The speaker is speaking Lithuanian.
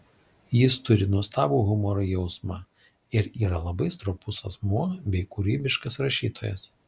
jis turi nuostabų humoro jausmą ir yra labai stropus asmuo bei kūrybiškas rašytojas